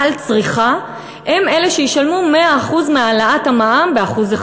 על צריכה, הם אלה שישלמו 100% מהעלאת המע"מ ב-1%.